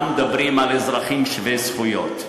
אנחנו מדברים על אזרחים שווי זכויות,